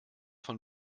von